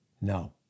No